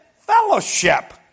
Fellowship